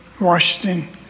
Washington